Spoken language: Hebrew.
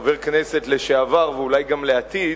כחבר כנסת לשעבר ואולי גם לעתיד,